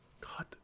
God